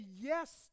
yes